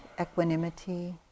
equanimity